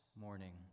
morning